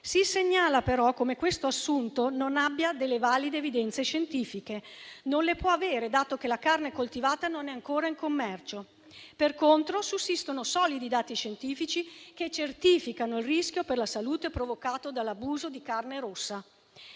Si segnala però come questo assunto non abbia delle valide evidenze scientifiche: non le può avere, dato che la carne coltivata non è ancora in commercio. Per contro, sussistono solidi dati scientifici che certificano il rischio per la salute provocato dall'abuso di carne rossa.